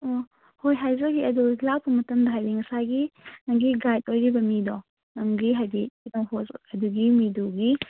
ꯑꯣ ꯍꯣꯏ ꯍꯥꯏꯖꯒꯦ ꯑꯗꯨ ꯂꯥꯛꯄ ꯃꯇꯝꯗ ꯍꯥꯏꯗꯤ ꯉꯁꯥꯏꯒꯤ ꯅꯪꯒꯤ ꯒꯥꯏꯠ ꯑꯣꯏꯔꯤꯕ ꯃꯤꯗꯣ ꯅꯪꯒꯤ ꯍꯥꯏꯗꯤ ꯑꯗꯨꯒꯤ ꯃꯤꯗꯨꯒꯤ